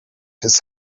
his